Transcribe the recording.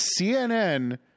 CNN